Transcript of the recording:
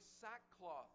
sackcloth